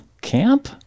camp